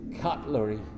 Cutlery